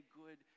good